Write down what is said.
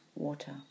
water